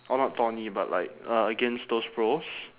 or not tourney but like uh against those pros